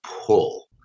pull